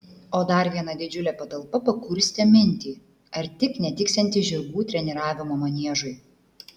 o dar viena didžiulė patalpa pakurstė mintį ar tik netiksianti žirgų treniravimo maniežui